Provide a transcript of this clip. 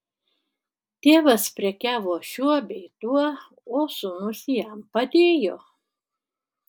tėvas prekiavo šiuo bei tuo o sūnus jam padėjo